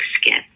skin